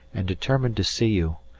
and determined to see you,